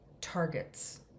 targets